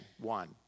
one